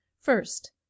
First